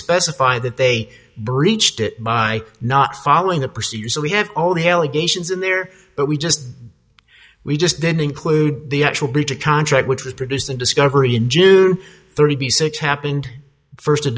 specify that they breached it by not following the procedures so we have all the allegations in there but we just we just didn't include the actual breach of contract which was produced in discovery in june thirty six happened first of